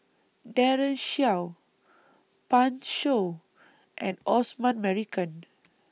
Daren Shiau Pan Shou and Osman Merican